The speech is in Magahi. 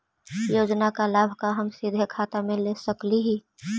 योजना का लाभ का हम सीधे खाता में ले सकली ही?